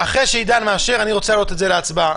אחרי שעידן מאשר, אני רוצה להעלות את זה להצבעה.